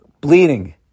bleeding